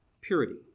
purity